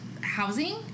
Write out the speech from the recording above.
housing